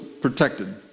protected